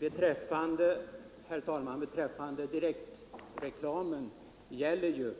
Herr talman! Direktreklamen är ju